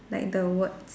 like the words